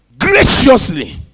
graciously